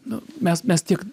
nu mes mes tiek